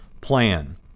plan